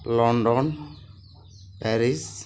London Paris